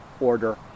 order